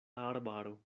arbaro